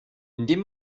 indem